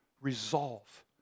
Resolve